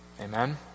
Amen